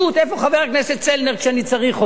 איפה חבר הכנסת צלנר כשאני צריך אותו?